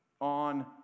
on